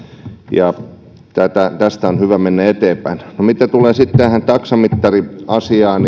ja tästä on hyvä mennä eteenpäin no mitä tulee sitten tähän taksamittariasiaan